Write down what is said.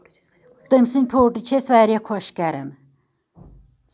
تٔمۍ سٕندۍ فوٹو چھِ اَسہِ واریاہ خۄش کران